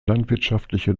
landwirtschaftliche